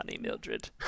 Mildred